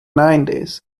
nineties